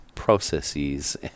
processes